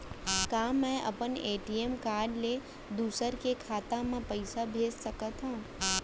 का मैं अपन ए.टी.एम कारड ले दूसर के खाता म पइसा भेज सकथव?